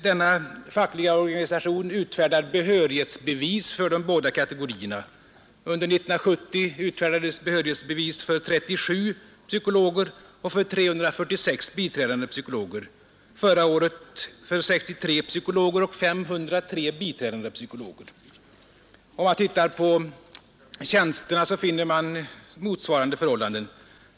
Denna fackliga organisation utfärdar behörighetsbevis för de båda kategorierna. Under 1970 utfärdades behörighetsbevis för 37 psykologer och för 346 biträdande psykologer, förra året för 63 psykologer och 503 biträdande psykologer. Om man tittar på tjänsterna, finner man motsvarande förhållanden.